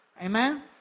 Amen